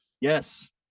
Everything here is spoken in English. yes